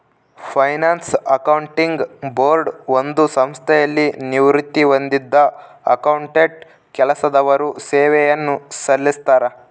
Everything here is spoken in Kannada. ಫೈನಾನ್ಸ್ ಅಕೌಂಟಿಂಗ್ ಬೋರ್ಡ್ ಒಂದು ಸಂಸ್ಥೆಯಲ್ಲಿ ನಿವೃತ್ತಿ ಹೊಂದಿದ್ದ ಅಕೌಂಟೆಂಟ್ ಕೆಲಸದವರು ಸೇವೆಯನ್ನು ಸಲ್ಲಿಸ್ತರ